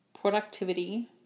productivity